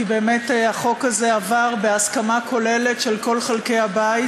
כי באמת החוק הזה עבר בהסכמה כוללת של כל חלקי הבית.